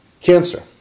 cancer